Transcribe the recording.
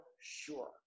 sure